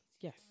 yes